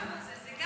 דיברנו על זה.